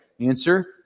Answer